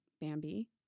Bambi